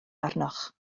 arnoch